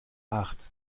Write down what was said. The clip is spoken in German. acht